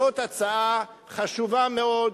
זאת הצעה חשובה מאוד,